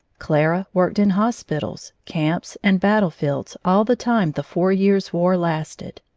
clara worked in hospitals, camps, and battlefields all the time the four years' war lasted.